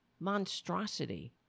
Monstrosity